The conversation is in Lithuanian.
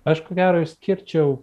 aš ko gero išskirčiau